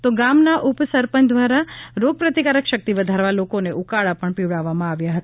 તો ગામના ઉપ સરપંચ દ્વારા રોગપ્રતિકારક શક્તિ વધારવા લોકોને ઉકાળો પણ પીવડાળવવામાં આવી રહ્યો છે